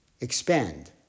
Expand